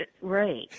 right